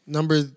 Number